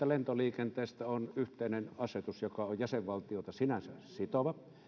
lentoliikenteestä on yhteinen asetus joka on jäsenvaltioita sinänsä sitova